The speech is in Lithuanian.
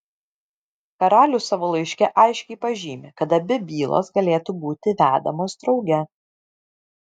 karalius savo laiške aiškiai pažymi kad abi bylos galėtų būti vedamos drauge